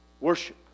worship